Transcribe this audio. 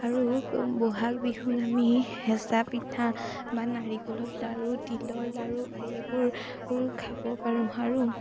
আৰু বহাগ বিহুত আমি হেঁচা পিঠা বা নাৰিকলৰ লাড়ু তিলৰ লাড়ু এইবোৰ খাব পাৰোঁ আৰু